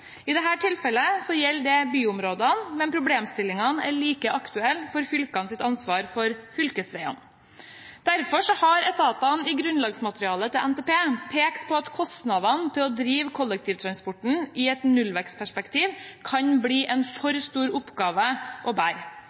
gjelder det byområdene, men problemstillingen er like aktuell for fylkenes ansvar for fylkesveiene. Derfor har etatene i grunnlagsmaterialet til NTP pekt på at kostnadene til å drifte kollektivtransporten i et nullvekstperspektiv kan bli en for stor oppgave å bære.